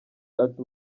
ati